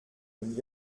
und